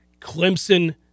Clemson